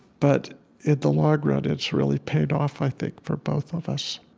but in the long run, it's really paid off, i think, for both of us